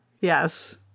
yes